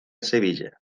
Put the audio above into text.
sevilla